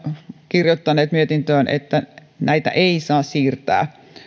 kirjoittaneet mietintöön että näitä ei saa siirtää